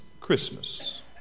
Christmas